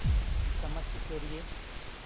ᱥᱚᱢᱟᱡᱽ ᱥᱩᱥᱟᱹᱨᱤᱭᱟᱹ